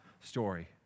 story